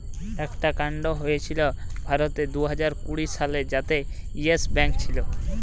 একটা কান্ড হয়েছিল ভারতে দুইহাজার কুড়ি সালে যাতে ইয়েস ব্যাঙ্ক ছিল